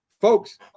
folks